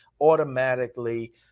automatically